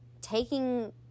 taking